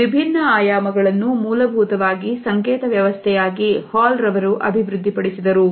ಈ ವಿಭಿನ್ನ ಆಯಾಮಗಳನ್ನು ಮೂಲಭೂತವಾಗಿ ಸಂಕೇತ ವ್ಯವಸ್ಥೆಯಾಗಿ ಹಾಲ್ ರವರು ಅಭಿವೃದ್ಧಿಪಡಿಸಿದರು